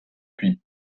puis